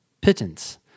pittance